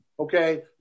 Okay